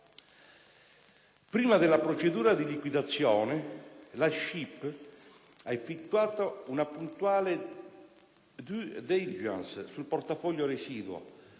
Prima della procedura di liquidazione, la SCIP ha effettuato una puntuale *due diligence* sul portafoglio residuo,